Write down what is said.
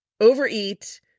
overeat